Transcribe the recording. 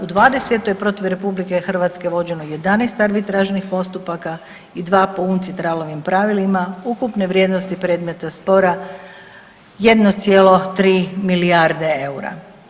U '20. protiv RH vođeno je 11 arbitražnih postupaka i 2 po UNCITRAL-ovim pravilima ukupne vrijednosti predmeta spora 1,3 milijarde eura.